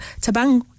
Tabang